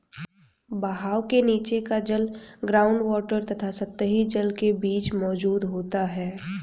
बहाव के नीचे का जल ग्राउंड वॉटर तथा सतही जल के बीच मौजूद होता है